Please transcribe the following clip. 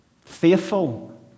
faithful